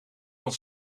van